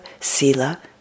sila